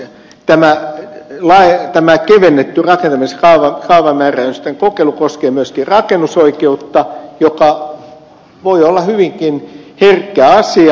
tämä kevennetty rakentamis ja kaavamää räysten kokeilu koskee myöskin rakennusoikeutta joka voi olla hyvinkin herkkä asia